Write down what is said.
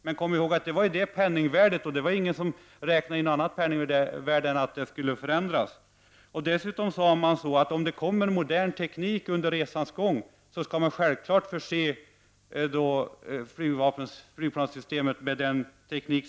Men kom ihåg att ingen räknade med något annat än att det penningvärdet skulle försämras! Dessutom sade man att om det skulle utvecklas ny teknik under resans gång skulle man självfallet förse flygplanssystemet med den.